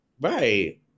Right